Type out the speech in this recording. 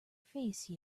face